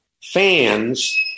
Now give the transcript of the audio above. fans